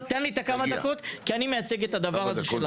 תן לי את הכמה דקות כי אני מייצג את הדבר הזה.